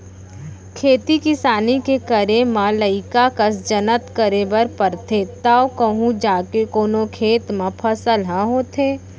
खेती किसानी के करे म लइका कस जनत करे बर परथे तव कहूँ जाके कोनो खेत म फसल ह होथे